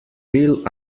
will